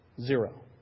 zero